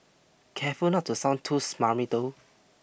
careful not to sound too smarmy though